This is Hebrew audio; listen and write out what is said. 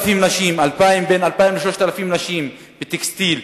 בין 2,000 ל-3,000 נשים בטקסטיל,